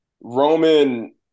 Roman